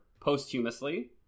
posthumously